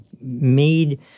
made